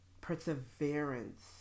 Perseverance